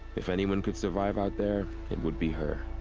if anyone could survive out there. it would be her.